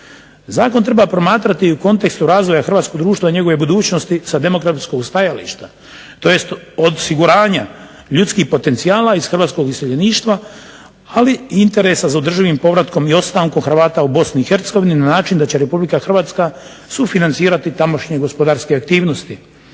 Zakon treba promatrati i u kontekstu razvoja hrvatskog društva i njegove budućnosti sa demografskog stajališta tj. osiguranja ljudskih potencijala iz hrvatskog iseljeništva, ali i interesa za održivim povratkom i ostankom Hrvata u BiH na način da će RH sufinancirati tamošnje gospodarske aktivnosti.